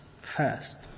first